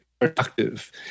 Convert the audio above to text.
productive